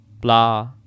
Blah